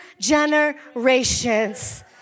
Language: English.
generations